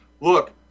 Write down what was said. look